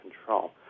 control